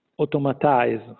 automatize